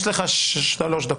יש לך שלוש דקות.